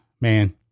man